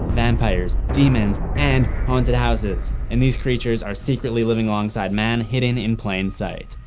vampires, daemons and haunted houses. and these creatures are secretly living alongside man, hidden in plain sight.